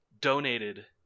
Donated